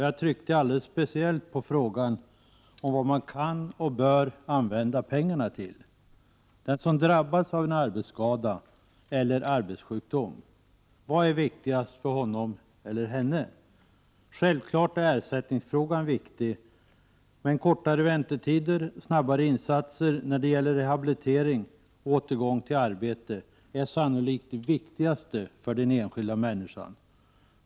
Jag tryckte alldeles speciellt på frågan om vad man kan och bör använda pengarna till. Vad är viktigast för den som drabbas av en arbetsskada eller arbetssjukdom? Självfallet är ersättningsfrågan viktig, men kortare väntetider, snabbare insatser när det gäller rehabilitering och återgång till arbete är sannolikt det viktigaste för den enskilda människan.